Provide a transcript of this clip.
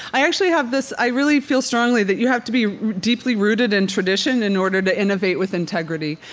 i actually have this i really feel strongly that you have to be deeply rooted in tradition in order to innovate with integrity.